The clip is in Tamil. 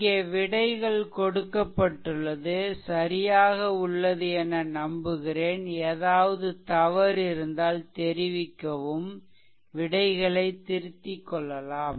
இங்கே விடைகள் கொடுக்கப்பட்டுள்ளது சரியாக உள்ளது என நம்புகிறேன் ஏதாவது தவறு இருந்தால் தெரிவிக்கவும் விடைகளை திருத்திக்கொள்ளலாம்